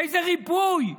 איזה ריפוי?